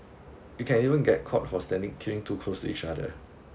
you can even get caught for standing cling too close to each other